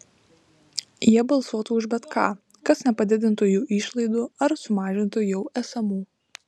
jie balsuotų už bet ką kas nepadidintų jų išlaidų ar sumažintų jau esamų